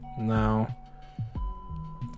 Now